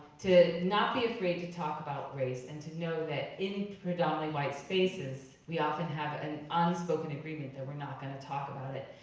to not be afraid to talk about race, and to know that in predominantly white spaces, we often have an unspoken agreement that we're not gonna talk about it.